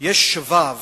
יש שבב